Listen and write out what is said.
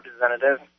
representative